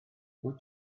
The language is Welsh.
wyt